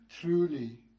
truly